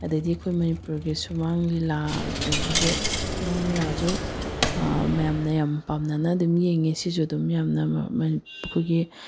ꯑꯗꯩꯗꯤ ꯑꯩꯈꯣꯏ ꯃꯅꯤꯄꯨꯔꯒꯤ ꯁꯨꯃꯥꯡ ꯂꯤꯂꯥ ꯗꯨꯗꯁꯨ ꯁꯨꯃꯥꯡ ꯂꯤꯂꯥꯁꯨ ꯃꯌꯥꯝꯅ ꯌꯥꯝ ꯄꯥꯝꯅꯅ ꯑꯗꯨꯝ ꯌꯦꯡꯏ ꯁꯤꯁꯨ ꯑꯗꯨꯝ ꯌꯥꯝꯅ ꯑꯩꯈꯣꯏꯒꯤ